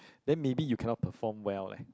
then maybe you cannot perform well leh